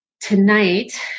Tonight